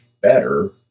better